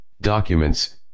documents